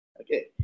Okay